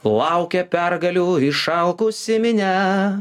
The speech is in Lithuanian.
laukia pergalių išalkusi minia